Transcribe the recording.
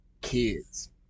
kids